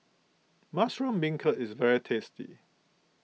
Mushroom Beancurd is very tasty